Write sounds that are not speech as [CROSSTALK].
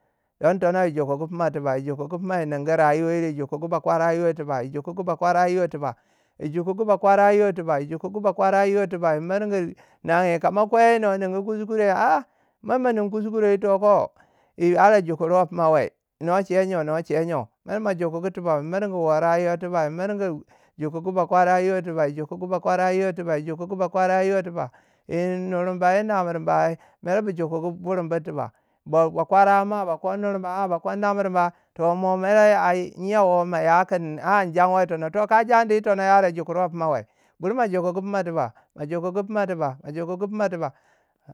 don tono yi jukugu fina tiba yi jukugu fina yi ningu rayuwa yire. yi jukungu bakwara yo tiba yi jukugu bakwara yo tiba tiba yi jukugu ba kwara yo tiba yi jukugu ba kwara yo tiba yi jukugu ba kwara yo tiba yi jukugu bakwara yo tiba. yi miringi nangi kama kwai noi ningu kuskure a- a [UNINTELLIGIBLE] wu ara jukuruwai fina we? na che nju noche nju, mer ma jukugu tiba ma mirgu rayuwa mo tiba mo mirgu rayuwa wo tiba yi miringu jukugu ba kwara yo tiba yi murgu jukugu bakwara yo tiba yi jokungu bakwara yo tiba jokungu bakwara yo tiba. Yi nurambu yi namiriba toh mo mere ai nyen wo ma ya kun a- a in janwa yi tono. Toh ka yi jandi yi tono mere a bu jokur pimawei bur mo jokungu pima tiba mo jokungu pima tiba mo jokungu pima tiba.